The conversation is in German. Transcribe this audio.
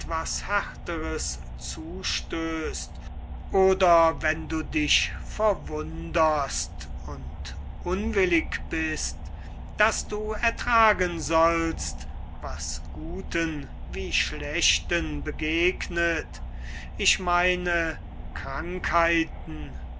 härteres zustößt oder wenn du dich verwunderst und unwillig bist daß du ertragen sollst was guten wie schlechten begegnet ich meine krankheiten